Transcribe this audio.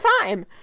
time